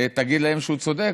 תגיד להם שהוא צודק,